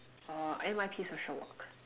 or N_Y_P social work